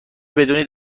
بدونید